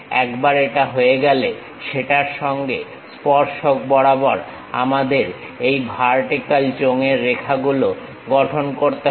একবার এটা হয়ে গেলে সেটার সঙ্গে স্পর্শক বরাবর আমাদের এই ভার্টিক্যাল চোঙের রেখাগুলো গঠন করতে হবে